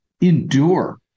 endure